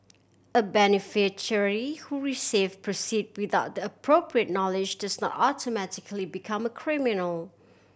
a beneficiary who receive proceed without the appropriate knowledge does not automatically become a criminal